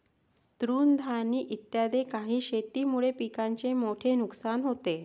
तृणधानी इत्यादी काही शेतीमुळे पिकाचे मोठे नुकसान होते